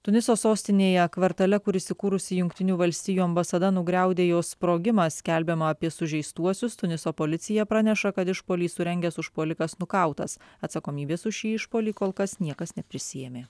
tuniso sostinėje kvartale kur įsikūrusi jungtinių valstijų ambasada nugriaudėjo sprogimas skelbiama apie sužeistuosius tuniso policija praneša kad išpuolį surengęs užpuolikas nukautas atsakomybės už šį išpuolį kol kas niekas neprisiėmė